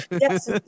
Yes